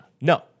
No